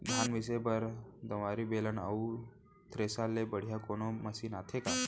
धान मिसे बर दंवरि, बेलन अऊ थ्रेसर ले बढ़िया कोनो मशीन आथे का?